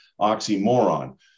oxymoron